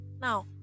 Now